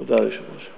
תודה, היושב-ראש.